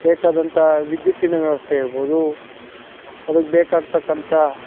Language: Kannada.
ಬೇಕಾದಂಥ ವಿದ್ಯುತ್ತಿನ ವ್ಯವಸ್ಥೆ ಇರ್ಬೋದು ಅದಕ್ಕೆ ಬೇಕಾಗ್ತಕ್ಕಂಥ